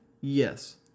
Yes